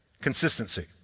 consistency